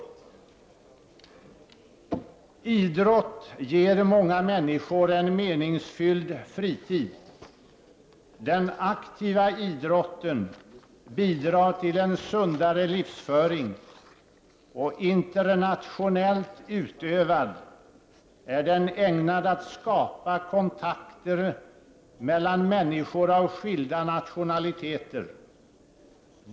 Idrott ger många människor en meningsfylld fritid. Den aktiva idrotten bidrar till en sundare livsföring, och internationellt utövad är den ägnad att 99 skapa kontakter mellan människor av skilda nationaliteter.